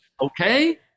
okay